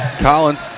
Collins